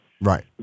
Right